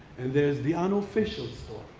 there's the unofficial story.